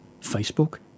Facebook